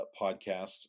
podcast